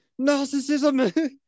narcissism